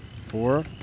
Four